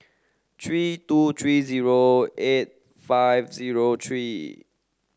three two three zero eight five zero three